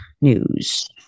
news